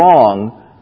wrong